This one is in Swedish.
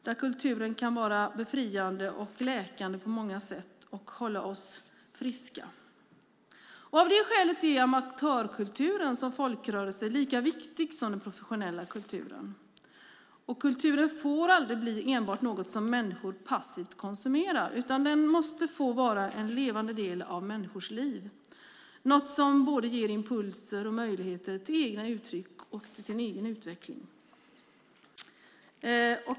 Där kan kulturen på många sätt vara befriande och läkande och hålla oss friska. Av det skälet är amatörkulturen som folkrörelse lika viktig som den professionella kulturen. Kulturen får aldrig bli enbart något som människor passivt konsumerar, utan den måste få vara en levande del av människors liv, något som både ger impulser och möjligheter till egna uttryck och till den egna utvecklingen.